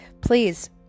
Please